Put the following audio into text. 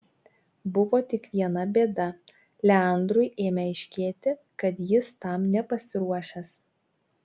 buvo tik viena bėda leandrui ėmė aiškėti kad jis tam nepasiruošęs